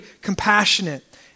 compassionate